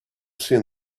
seen